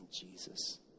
Jesus